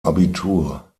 abitur